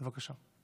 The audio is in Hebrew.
בבקשה.